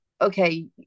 Okay